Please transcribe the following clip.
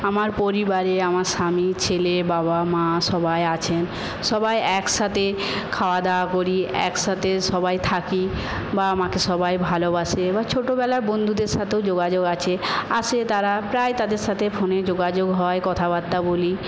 আমার পরিবারে আমার স্বামী ছেলে বাবা মা সবাই আছেন সবাই একসাথে খাওয়া দাওয়া করি একসাথে সবাই থাকি বাবা মাকে সবাই ভালোবাসে এবার ছোটোবেলার বন্ধুদের সাথেও যোগাযোগ আছে আসে তারা প্রায় তাদের সাথে ফোনে যোগাযোগ হয় কথাবার্তা বলি